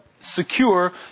secure